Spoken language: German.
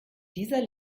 dieser